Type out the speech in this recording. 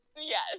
Yes